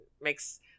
makes